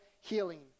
healing